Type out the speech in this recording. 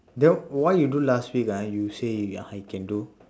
then why you do last week ah you say I can do